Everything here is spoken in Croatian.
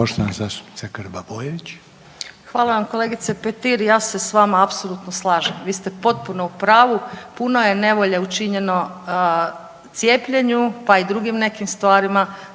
Hvala vam kolegice Petir. Ja se sa vama apsolutno slažem. Vi ste potpuno u pravu. Puno je nevolje učinjeno cijepljenju, pa i drugim nekim stvarima